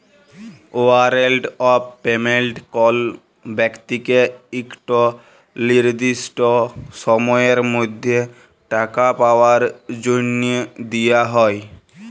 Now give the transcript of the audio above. warrant of payment কল ব্যক্তিকে ইকট লিরদিসট সময়ের মধ্যে টাকা পাউয়ার জ্যনহে দিয়া হ্যয়